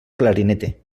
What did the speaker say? clarinete